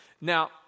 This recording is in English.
Now